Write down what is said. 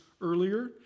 earlier